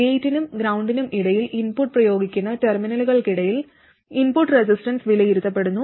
ഗേറ്റിനും ഗ്രൌണ്ടിനും ഇടയിൽ ഇൻപുട്ട് പ്രയോഗിക്കുന്ന ടെർമിനലുകൾക്കിടയിൽ ഇൻപുട്ട് റെസിസ്റ്റൻസ് വിലയിരുത്തപ്പെടുന്നു